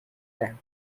time